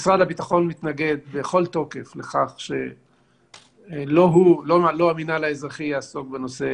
משרד הביטחון מתנגד בכל תוקף לכך שלא המינהל האזרחי יעסוק בנושא,